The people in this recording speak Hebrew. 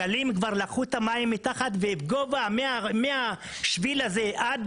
הגלים כבר לקחו את המים מתחת ומהשביל הזה עד